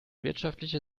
wirtschaftliche